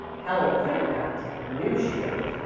helen couldn't act, knew she couldn't,